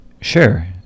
Sure